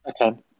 Okay